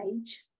age